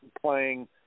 playing